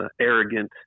arrogant